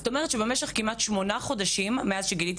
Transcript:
כך שבמשך כמעט שמונה חודשים מאז גיליתי